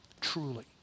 truly